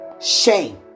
Shame